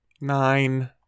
Nine